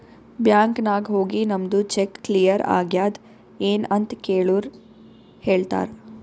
bank ನಾಗ್ ಹೋಗಿ ನಮ್ದು ಚೆಕ್ ಕ್ಲಿಯರ್ ಆಗ್ಯಾದ್ ಎನ್ ಅಂತ್ ಕೆಳುರ್ ಹೇಳ್ತಾರ್